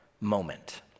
moment